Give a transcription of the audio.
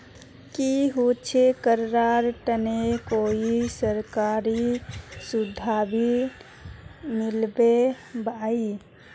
की होचे करार तने कोई सरकारी सुविधा मिलबे बाई?